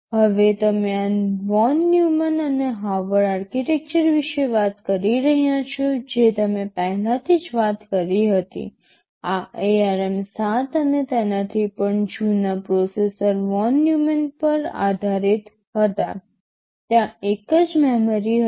હવે તમે આ વોન ન્યુમન અને હાર્વર્ડ આર્કિટેક્ચર વિશે વાત કરી રહ્યા છો જે તમને પહેલાથી જ વાત કરી હતી આ ARM7 અને તેનાથી પણ જૂના પ્રોસેસર વોન ન્યુમેન પર આધારિત હતા ત્યાં એક જ મેમરી હતી